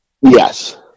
Yes